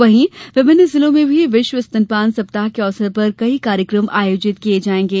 वहीं विभिन्न जिलों में भी विश्व स्तनपान सप्ताह के अवसर पर कार्यक्रम आयोजित किये जायें गे